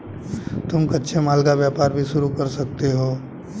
तुम कच्चे माल का व्यापार भी शुरू कर सकते हो